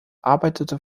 arbeitete